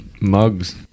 Mugs